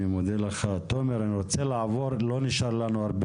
אני רוצה לעבור לנציג משרד